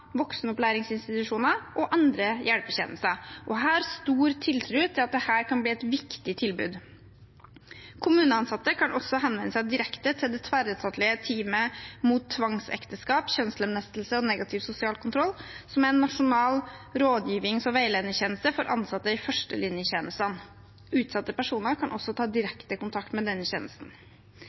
voksenopplæringsinstitusjoner og andre hjelpetjenester. Jeg har stor tiltro til at dette kan bli et viktig tilbud. Kommuneansatte kan også henvende seg direkte til det tverretatlige teamet mot tvangsekteskap, kjønnslemlestelse og negativ sosial kontroll, som er en nasjonal rådgivning- og veiledningstjeneste for ansatte i førstelinjetjenestene. Utsatte personer kan også ta direkte kontakt med denne tjenesten.